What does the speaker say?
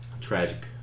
tragic